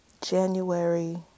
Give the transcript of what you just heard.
January